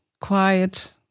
quiet